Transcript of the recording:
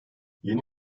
yeni